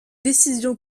décision